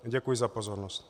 Děkuji za pozornost.